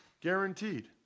guaranteed